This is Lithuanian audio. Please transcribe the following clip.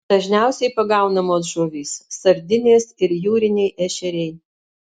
dažniausiai pagaunamos žuvys sardinės ir jūriniai ešeriai